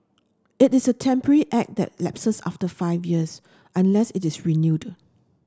it is a temporary act that lapses after five years unless it is renewed